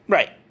Right